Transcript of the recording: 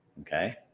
Okay